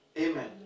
Amen